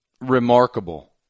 remarkable